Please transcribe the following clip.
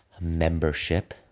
membership